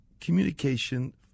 communication